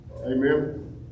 Amen